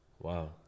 Wow